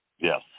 Yes